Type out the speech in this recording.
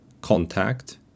contact